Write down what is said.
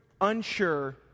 unsure